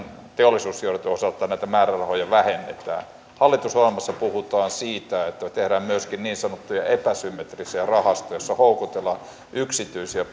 teollisuussijoituksen osalta näitä määrärahoja vähennetään hallitusohjelmassa puhutaan siitä että me teemme myöskin niin sanottuja epäsymmetrisiä rahastoja houkuttelemme yksityisiä